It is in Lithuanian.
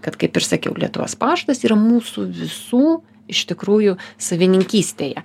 kad kaip ir sakiau lietuvos paštas yra mūsų visų iš tikrųjų savininkystėje